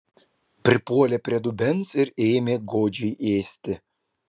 pripuolė prie dubens ir ėmė godžiai ėsti